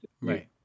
right